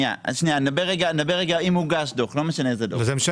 אני מדבר רגע אם הוגש דוח, לא משנה איזה דוח.